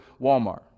Walmart